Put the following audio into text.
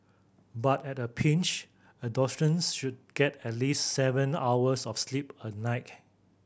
but at a pinch adolescents should get at least seven hours of sleep a night